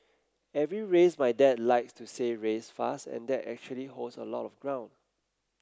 every race my dad likes to say race fast and that actually holds a lot of ground